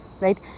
right